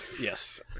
Yes